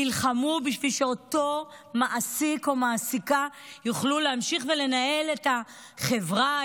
נלחמו בשביל שאותו מעסיק או מעסיקה יוכלו להמשיך ולנהל את החברה,